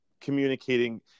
communicating